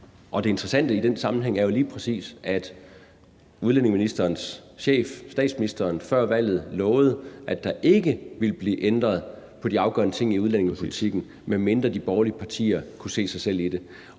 Det interessante i den sammenhæng er jo lige præcis, at udlændingeministerens chef, statsministeren, før valget lovede, at der ikke ville blive ændret på de afgørende ting i udlændingepolitikken, medmindre de borgerlige partier kunne se sig selv i det.